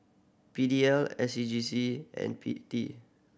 P D L S C G C and P T